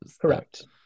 Correct